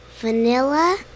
vanilla